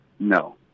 No